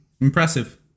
Impressive